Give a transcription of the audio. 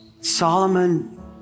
Solomon